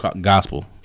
gospel